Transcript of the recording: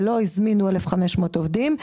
ולא הזמינו 1,500 עובדים,